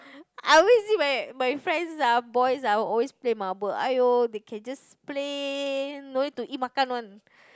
I always see my my friends ah boys ah always play marble !aiyo! they can just play no need to eat makan one